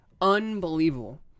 unbelievable